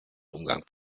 umgang